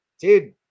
dude